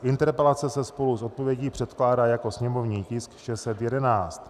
Interpelace se spolu s odpovědí předkládá jako sněmovní tisk 611.